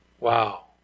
Wow